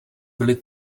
byly